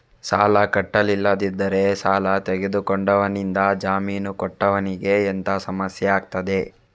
ಸಾಲ ಕಟ್ಟಿಲ್ಲದಿದ್ದರೆ ಸಾಲ ತೆಗೆದುಕೊಂಡವನಿಂದ ಜಾಮೀನು ಕೊಟ್ಟವನಿಗೆ ಎಂತ ಸಮಸ್ಯೆ ಆಗ್ತದೆ?